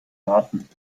garten